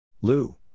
Lou